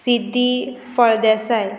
Siddhi Phaldesai